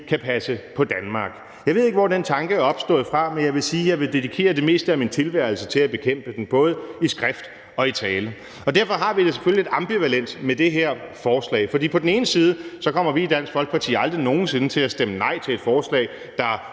kan passe på Danmark. Jeg ved ikke, hvor den tanke er opstået fra, men jeg vil sige, at jeg vil dedikere det meste af min tilværelse til at bekæmpe den både i skrift og i tale. Derfor har vi det selvfølgelig lidt ambivalent med det her forslag. For på den ene side kommer vi i Dansk Folkeparti aldrig nogen sinde til at stemme nej til et forslag, der